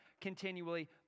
continually